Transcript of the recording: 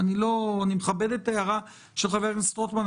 אני מכבד את ההערה של חבר הכנסת רוטמן,